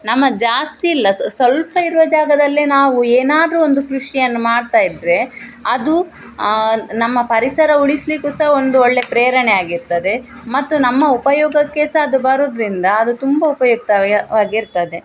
ನಮ್ಮದು ಜಾಸ್ತಿ ಇಲ್ಲ ಸ್ವಲ್ಪ ಇರುವ ಜಾಗದಲ್ಲೆ ನಾವು ಏನಾದರು ಒಂದು ಕೃಷಿಯನ್ನ ಮಾಡ್ತ ಇದ್ದರೆ ಅದು ನಮ್ಮ ಪರಿಸರ ಉಳಿಸಲಿಕ್ಕೂ ಸಹ ಒಂದು ಒಳ್ಳೆಯ ಪ್ರೇರಣೆ ಆಗಿರ್ತದೆ ಮತ್ತು ನಮ್ಮ ಉಪಯೋಗಕ್ಕೆ ಸಹ ಅದು ಬರುದರಿಂದ ಅದು ತುಂಬ ಉಪಯುಕ್ತಯವಾಗಿರ್ತದೆ